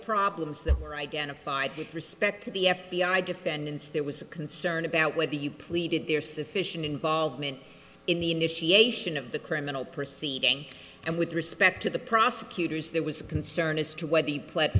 problems that were identified with respect to the f b i defendants there was a concern about whether you pleaded there's sufficient involvement in the initiation of the criminal proceeding and with respect to the prosecutors there was a concern as to whether he pled